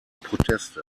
proteste